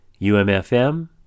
UMFM